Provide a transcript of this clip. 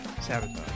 Sabotage